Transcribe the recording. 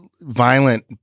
violent